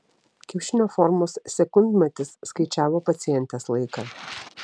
kiaušinio formos sekundmatis skaičiavo pacientės laiką